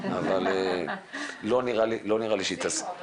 אבל לא נראה לי שהיא תסכים.